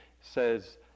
says